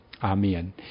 Amen